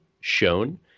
shown